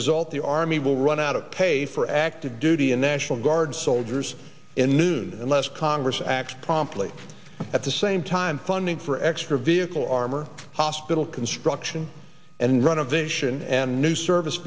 result the army will run out of pay for active duty and national guard soldiers in news unless congress acts promptly at the same time funding for extra vehicle armor hospital construction and run of the nation and new service